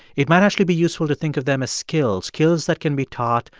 it might actually be useful to think of them as skills, skills that can be taught,